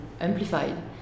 amplified